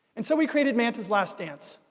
and so we created mantas last dance,